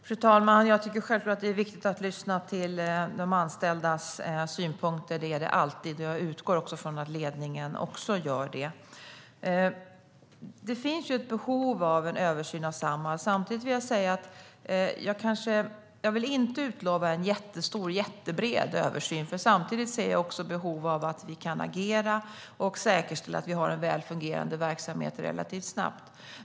Fru talman! Det är självklart alltid viktigt att lyssna på de anställdas synpunkter. Jag utgår från att ledningen också gör det. Det finns ett behov av en översyn av Samhall. Jag vill dock inte utlova en jättestor och jättebred översyn, för jag ser samtidigt behov av att vi kan agera och säkerställa att vi har en väl fungerande verksamhet relativt snabbt.